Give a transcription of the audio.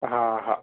हा हा